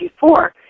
1994